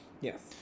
Yes